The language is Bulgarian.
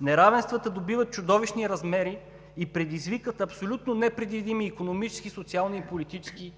Неравенствата добиват чудовищни размери и предизвикват абсолютно непредвидими икономически, социални и политически